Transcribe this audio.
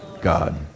God